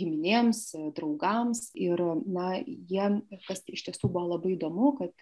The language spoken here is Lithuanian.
giminėms draugams ir na jiem ir tas iš tiesų buvo labai įdomu kad